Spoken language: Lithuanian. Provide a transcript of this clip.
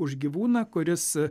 už gyvūną kuris